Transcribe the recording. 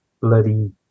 bloody